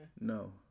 No